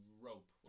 rope